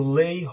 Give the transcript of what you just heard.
lay